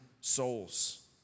souls